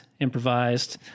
improvised